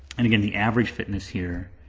and again, the average fitness here,